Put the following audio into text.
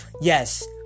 Yes